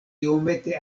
iomete